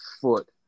foot